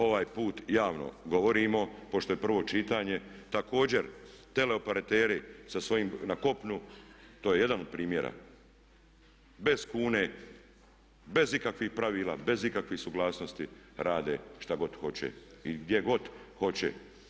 Ovaj put javno govorimo, pošto je prvo čitanje, također teleoperateri sa svojim na kopnu, to je jedan od primjera, bez kune, bez ikakvih pravila, bez ikakvih suglasnosti rade šta god hoće i gdje god hoće.